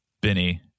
Benny